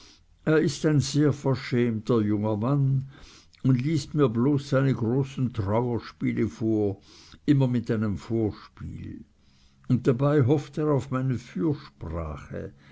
er ist ein sehr verschämter junger mann und liest mir bloß seine großen trauerspiele vor immer mit einem vorspiel und dabei hofft er auf meine fürsprache